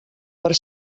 per